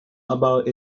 above